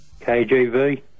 KGV